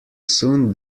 soon